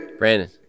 Brandon